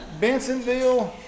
Bensonville